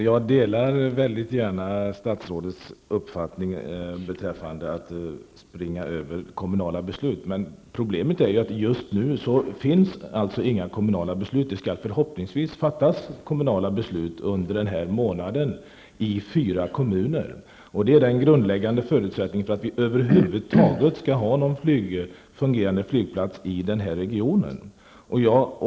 Herr talman! Jag delar gärna statsrådets uppfattning i fråga om att springa över kommunala beslut. Men problemet är att det just nu inte finns några kommunala beslut. Förhoppningsvis skall kommunala beslut fattas under denna månad i fyra kommuner. Det är en grundläggande förutsättning för att vi över huvud taget skall ha någon fungerande flygplats i denna region.